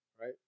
right